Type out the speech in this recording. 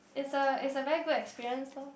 is a is a very good experience loh